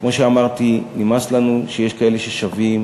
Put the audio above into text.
כמו שאמרתי, נמאס לנו שיש כאלה ששווים